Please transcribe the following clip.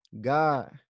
God